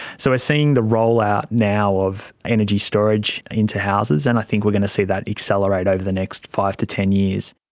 ah seeing the rollout now of energy storage into houses, and i think we are going to see that accelerate over the next five to ten years.